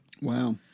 Wow